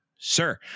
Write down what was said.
sir